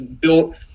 built